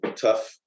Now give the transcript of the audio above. tough